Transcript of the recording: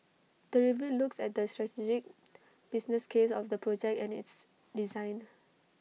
the review looks at the strategic business case of the project and its design